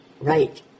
Right